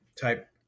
type